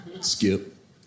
Skip